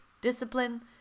discipline